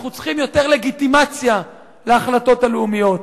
אנחנו צריכים יותר לגיטימציה להחלטות הלאומיות.